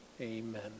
Amen